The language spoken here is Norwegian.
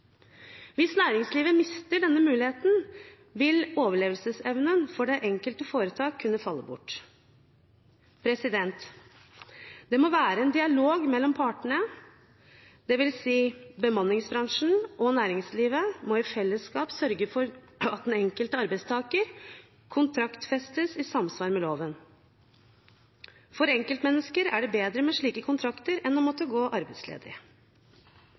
Hvis næringslivet mister denne muligheten, vil overlevelsesevnen for det enkelte foretak kunne falle bort. Det må være en dialog mellom partene, dvs. bemanningsbransjen og næringslivet må i fellesskap sørge for at den enkelte arbeidstaker kontraktfestes i samsvar med loven. For enkeltmennesker er det bedre med slike kontrakter enn å måtte gå arbeidsledig.